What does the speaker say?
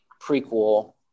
prequel